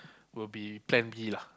will be plan B lah